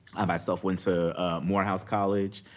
i myself went to morehouse college.